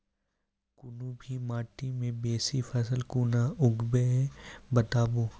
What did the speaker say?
कूनू भी माटि मे बेसी फसल कूना उगैबै, बताबू?